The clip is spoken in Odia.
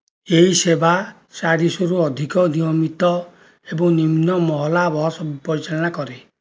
ଏହି ସେବା ଚାରିଶହ ରୁ ଅଧିକ ନିୟମିତ ଏବଂ ନିମ୍ନ ମହଲା ବସ୍ ପରିଚାଳନା କରେ